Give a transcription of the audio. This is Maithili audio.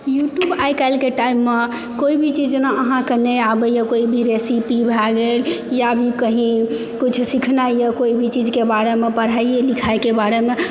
युट्युब आइकाल्हिके टाइममे कोई भी चीज जेना अहाँकेँ नहि आबैया कोई भी रेसिपी भए गेल या भी कही किछु भी सीखना यऽ या कोई भी चीजकेँ बारेमे पढ़ाइए लिखाईके बारेमे